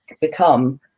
become